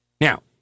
Now